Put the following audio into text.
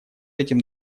этим